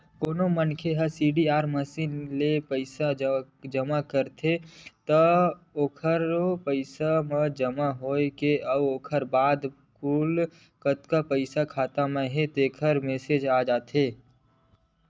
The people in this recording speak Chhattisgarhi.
कोनो मनखे ह सीडीआर मसीन ले पइसा जमा करथे त ओखरो पइसा जमा होए के अउ ओखर बाद कुल कतका पइसा खाता म हे तेखर मेसेज आ जाथे